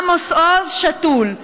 עמוס עוז שתול,